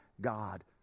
God